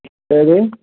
ഏത്